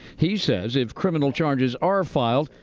he says if criminal charges are filed,